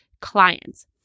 clients